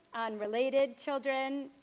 related children